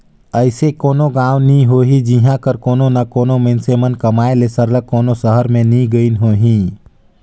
अइसे कोनो गाँव नी होही जिहां कर कोनो ना कोनो मइनसे मन कमाए ले सरलग कोनो सहर में नी गइन होहीं